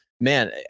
Man